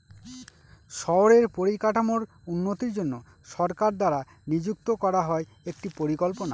শহরের পরিকাঠামোর উন্নতির জন্য সরকার দ্বারা নিযুক্ত করা হয় একটি পরিকল্পনা